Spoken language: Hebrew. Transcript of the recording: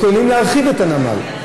מתכוונים להרחיב את הנמל.